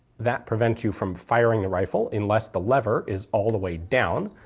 that prevents you from firing the rifle unless the lever is all the way down,